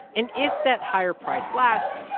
and if that higher price lasts,